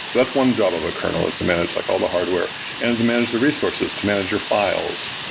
that's one job of a kernel is to manage like all the hardware and to manage the resources to manage your files,